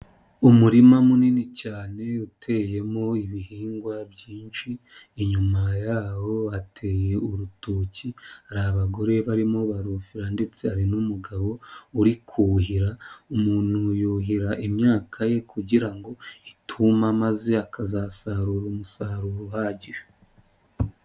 Umurima munini cyane uteyemo ibihingwa byinshi, inyuma yaho hateye urutoki, hari abagore barimo barufira ndetse hari n'umugabo uri kuhira, umuntu yuhira imyaka ye kugira ngo ituma maze akazasarura umusaruro uhagije.